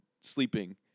sleeping